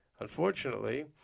Unfortunately